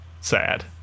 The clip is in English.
Sad